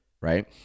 right